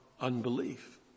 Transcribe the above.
unbelief